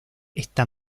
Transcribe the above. está